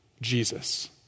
Jesus